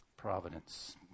Providence